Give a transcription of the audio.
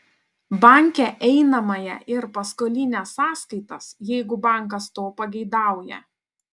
banke einamąją ir paskolinę sąskaitas jeigu bankas to pageidauja